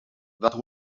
that